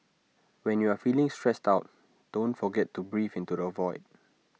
when you are feeling stressed out don't forget to breathe into the void